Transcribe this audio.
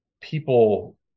people